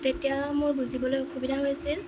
তেতিয়া মোৰ বুজিবলৈ অসুবিধা হৈছিল